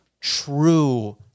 true